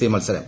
C മത്സരം